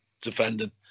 defending